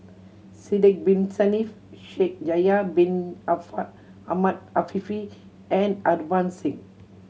Sidek Bin Saniff Shaikh Yahya Bin Ahmed Afifi and Harbans Singh